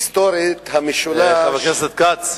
היסטורית, המשולש, חבר הכנסת כץ,